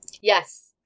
Yes